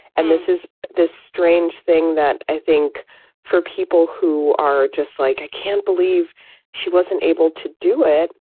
and this is this strange thing that i think for people who are just like, i can't believe she wasn't able to do it.